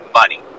money